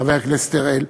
חבר הכנסת אראל,